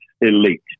elite